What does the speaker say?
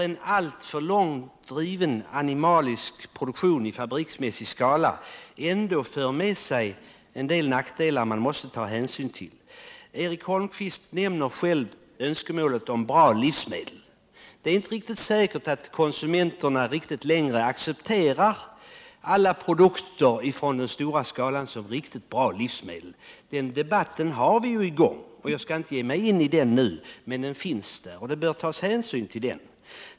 En alltför långt driven animalieproduktion i fabriksmässig skala för ändå med sig en del nackdelar. Eric Holmqvist nämner själv önskemålet om bra livsmedel. Det är inte helt säkert att konsumenterna längre accepterar hela skalan av prudukter som riktigt bra livsmedel. Den debatten är ju i gång och man bör ta hänsyn till den, men jag skall inte ge mig in i den nu.